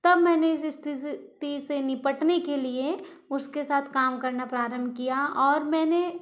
तब मैंने इस स्थिति से निपटने के लिए उसके साथ काम करना प्रारंभ किया और मैंने